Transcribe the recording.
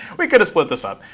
we could've split this up.